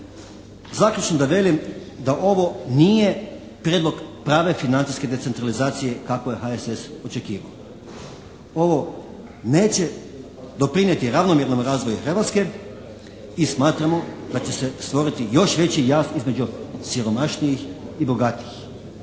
Zaključno da kažem da ovo nije prijedlog prave financijske decentralizacije kakvu je HSS očekivao. Ovo neće doprinijeti ravnomjernom razvoju Hrvatske i smatramo da će se stvoriti još veći jaz između siromašnijih i bogatijih